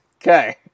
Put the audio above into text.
Okay